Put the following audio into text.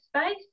space